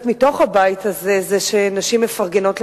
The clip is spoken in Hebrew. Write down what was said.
מתוך הבית הזה זה שנשים מפרגנות לנשים.